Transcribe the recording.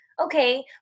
okay